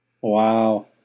Wow